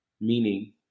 meaning